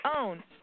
own